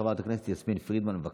חברת הכנסת יסמין פרידמן, בבקשה.